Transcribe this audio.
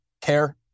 care